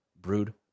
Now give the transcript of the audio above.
Brood